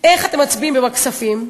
איך אתם מצביעים בוועדת כספים,